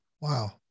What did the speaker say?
Wow